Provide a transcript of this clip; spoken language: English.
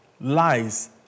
lies